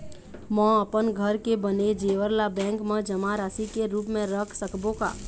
म अपन घर के बने जेवर ला बैंक म जमा राशि के रूप म रख सकबो का?